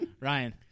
Ryan